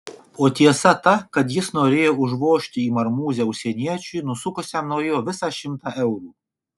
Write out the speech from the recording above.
o tiesa ta kad jis norėjo užvožti į marmūzę užsieniečiui nusukusiam nuo jo visą šimtą eurų